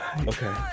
okay